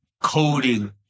coding